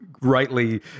rightly